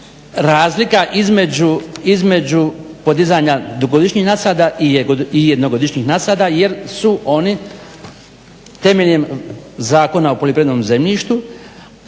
razlika između podizanja dugogodišnjih nasada i jednogodišnjih nasada jer su oni temeljem zakona o poljoprivrednom zemljištu